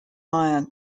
iron